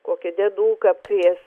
kokią dėduką apkrėst